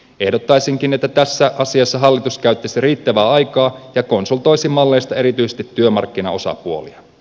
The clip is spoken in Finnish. ehdottaisinkin että tässä asiassa hallitus käyttäisi riittävästi aikaa ja konsultoisi malleista erityisesti työmarkkinaosapuolia